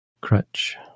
crutch